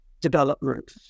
development